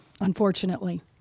unfortunately